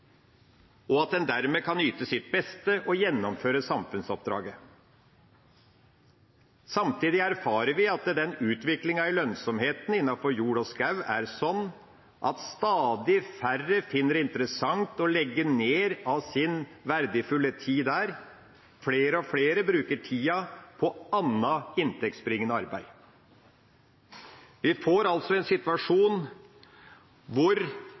sin skog, den som har en inntekt av det arbeidet, sånn at han blir interessert i det, og dermed kan yte sitt beste og gjennomføre samfunnsoppdraget. Samtidig erfarer vi at utviklinga i lønnsomheten innenfor jord og skog er sånn at stadig færre finner det interessant å bruke sin verdifulle tid der. Flere og flere bruker tida på annet inntektsbringende arbeid. Vi får altså en